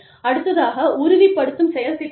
அடுத்ததாக உறுதிப்படுத்தும் செயல் திட்டங்கள்